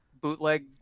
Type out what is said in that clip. bootleg